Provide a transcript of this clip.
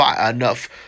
enough